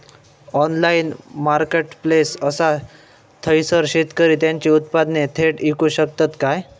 Online marketplace असा थयसर शेतकरी त्यांची उत्पादने थेट इकू शकतत काय?